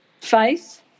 faith